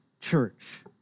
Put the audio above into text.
church